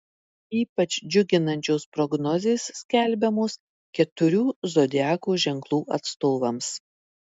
ypač džiuginančios prognozės skelbiamos keturių zodiako ženklų atstovams